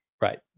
Right